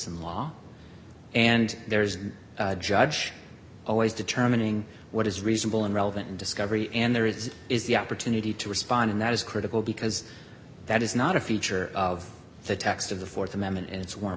in law and there is a judge always determining what is reasonable and relevant and discovery and there is is the opportunity to respond and that is critical because that is not a feature of the text of the th amendment and it's